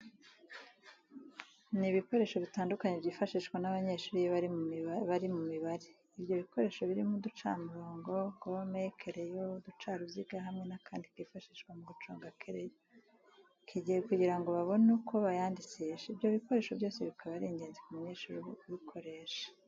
Ni ibikoresho bitandukanye byifashishwa n'abanyeshuri iyo bari Imibare. ibyo bikoresho birimo uducamirongo, gome, kereyo, uducaruziga hamwe n'akandi kifashishwa mu guconga kereyo kigira ngo babone uko bayandikisha. Ibyo bikoresho byose bikaba ari ingenzi ku munyeshuri ubukoresha.